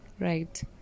right